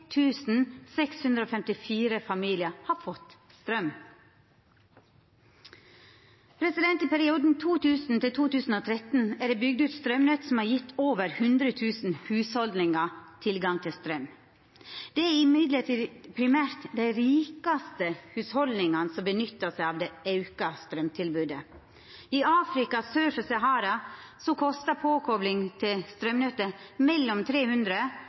654 familiar har fått straum. I perioden 2000–2013 er det bygt ut straumnett som har gjeve over 100 000 hushald tilgang til straum. Det er likevel primært dei rikaste hushalda som nyttar seg av det auka straumtilbodet. I Afrika sør for Sahara kostar påkopling til straumnettet mellom 300